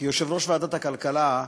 כיושב-ראש ועדת הכלכלה,